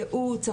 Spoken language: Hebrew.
ייעוץ,